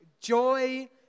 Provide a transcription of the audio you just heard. joy